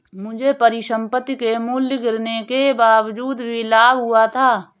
मुझे परिसंपत्ति के मूल्य गिरने के बावजूद भी लाभ हुआ था